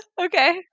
okay